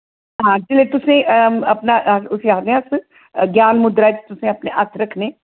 हां जेल्लै तुसें अपना अस उस्सी आखनें अस ज्ञान मुद्दरा च तुसें अपने हत्थ रक्खने